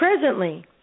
Presently